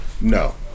no